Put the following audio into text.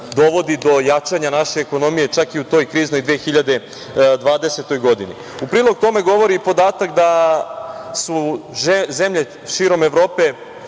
dovodi do jačanja naše ekonomije čak i u toj kriznoj 2020. godini.U prilog tome govori i podatak da su zemlje širom Evrope